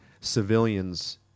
civilians